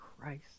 Christ